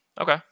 Okay